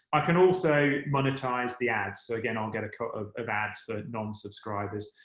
i can also monetise the ads. again, i'll get a cut of of ads for non-subscribers.